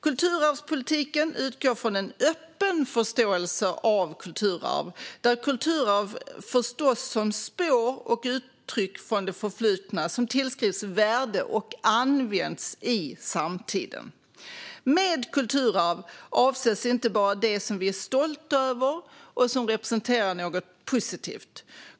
Kulturarvspolitiken utgår ifrån en öppen förståelse av kulturarv, där kulturarv förstås som spår och uttryck från det förflutna som tillskrivs värde och används i samtiden. Med kulturarv avses inte bara det som vi är stolta över och som representerar något positivt.